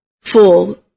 full